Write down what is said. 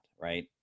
right